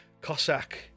Cossack